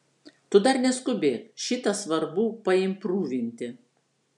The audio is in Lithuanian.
tu dar neskubėk šitą svarbu paimprūvinti